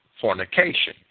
fornication